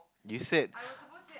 you said